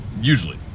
usually